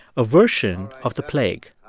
a version of the plague.